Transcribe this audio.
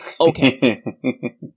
Okay